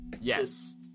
yes